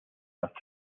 las